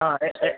ആ എൻ്റെ